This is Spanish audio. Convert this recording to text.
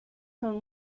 son